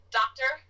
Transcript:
doctor